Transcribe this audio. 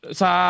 sa